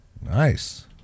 Nice